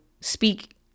speak